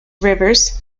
rivers